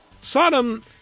Sodom